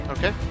Okay